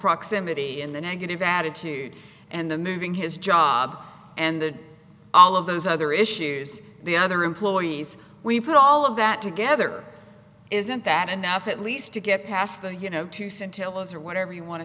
proximity in the negative attitude and the moving his job and the all of those other issues the other employees we put all of that together isn't that enough at least to get past the you know to scintilla as or whatever you want to